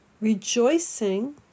rejoicing